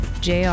JR